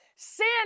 Sin